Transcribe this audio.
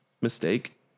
mistake